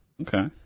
Okay